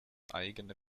eigener